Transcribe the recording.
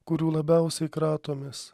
kurių labiausiai kratomės